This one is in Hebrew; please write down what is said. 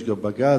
יש גם בג"ץ,